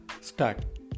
start